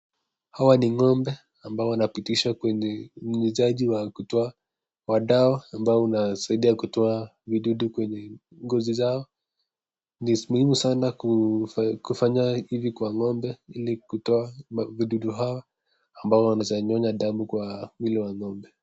Hawa ni ngombe ambao wanapitishwa kwenye unyunyuzaji wa kutoa madawa ambayo unasaidia kutoa vidudu kwenye ngozi zao. Ni muhimu sana kufanya hivi kwa ng'ombe ili kutoa vidudu hawa ambao wanaeza nyonya damu kwa mwili wa ng'ombe.